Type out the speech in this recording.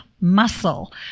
muscle